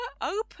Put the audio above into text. open